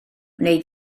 wnei